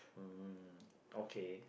mm okay